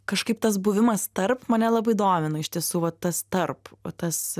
kažkaip tas buvimas tarp mane labai domina iš tiesų va tas tarp o tas